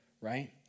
right